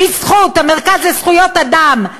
"בזכות" המרכז לזכויות אדם,